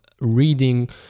reading